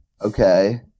okay